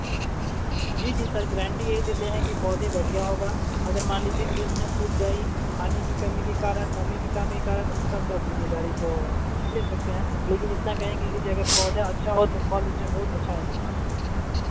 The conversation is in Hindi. जी जी सर ग्रांटी यही देते हैं कि पौधे ही बढ़िया होगा अगर मान लीजिए के बीच में सूख गई पानी की कमी के कारण नमी की कमी कारण उसका सब जिम्मेदारी तो हम नहीं ले सकते हैं लेकिन इतना कहेंगे की अगर पौधा अच्छा हो तो फल उसमें बहुत अच्छा ही होगा